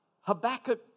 Habakkuk